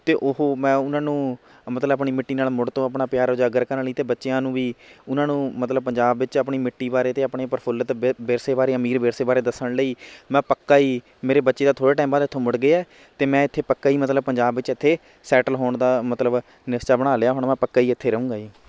ਅਤੇ ਉਹ ਮੈਂ ਉਹਨਾਂ ਨੂੰ ਮਤਲਬ ਆਪਣੀ ਮਿੱਟੀ ਨਾਲ਼ ਮੁੜ ਤੋਂ ਆਪਣਾ ਪਿਆਰ ਉਜਾਗਰ ਕਰਨ ਲਈ ਅਤੇ ਬੱਚਿਆਂ ਨੂੰ ਵੀ ਉਹਨਾਂ ਨੂੰ ਮਤਲਬ ਪੰਜਾਬ ਵਿੱਚ ਆਪਣੀ ਮਿੱਟੀ ਬਾਰੇ ਅਤੇ ਆਪਣੇ ਪ੍ਰਫੁੱਲਤ ਵਿ ਵਿਰਸੇ ਬਾਰੇ ਅਮੀਰ ਵਿਰਸੇ ਬਾਰੇ ਦੱਸਣ ਲਈ ਮੈਂ ਪੱਕਾ ਹੀ ਮੇਰੇ ਬੱਚੇ ਤਾਂ ਥੋੜ੍ਹੇ ਟਾਈਮ ਬਾਅਦ ਇੱਥੋਂ ਮੁੜ ਗਏ ਹੈ ਅਤੇ ਮੈਂ ਇੱਥੇ ਪੱਕਾ ਹੀ ਮਤਲਬ ਪੰਜਾਬ ਵਿੱਚ ਇੱਥੇ ਸੈਟਲ ਹੋਣ ਦਾ ਮਤਲਬ ਨਿਸ਼ਚਾ ਬਣਾ ਲਿਆ ਹੁਣ ਮੈਂ ਪੱਕਾ ਹੀ ਇੱਥੇ ਰਹਾਂਗਾ ਜੀ